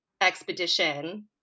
expedition